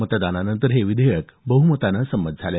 मतदानानंतर हे विधेयक बहमतानं संमत झाल